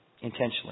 Intentionally